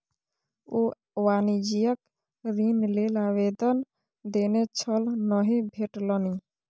ओ वाणिज्यिक ऋण लेल आवेदन देने छल नहि भेटलनि